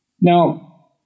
Now